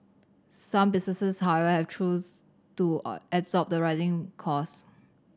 some businesses however have choose to absorb the rising cost